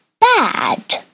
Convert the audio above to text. bad